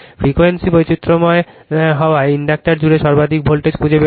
frequency বৈচিত্র্যময় হওয়ায় inductor জুড়ে সর্বাধিক ভোল্টেজ খুঁজে বের করতে হবে